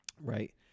right